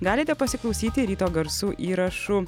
galite pasiklausyti ryto garsų įrašų